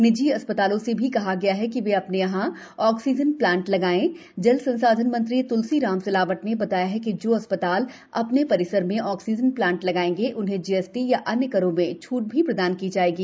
निजी अस्पतालों से भी कहा गया है कि वे अपने यहां ऑक्सीजन प्लांट लगाएं जल संसाधन मंत्री त्लसीराम सिलावट ने बताया कि जो अस्पताल अपने परिसर में ऑक्सीजन प्लांट लगाएंगे उन्हें जीएसटी अथवा अन्य करों में छ्रट भी प्रदान की जाएगी